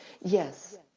Yes